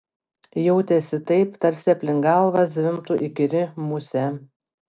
jautėsi taip tarsi aplink galvą zvimbtų įkyri musė